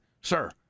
Sir